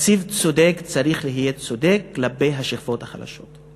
תקציב צודק, צריך להיות צודק כלפי השכבות החלשות.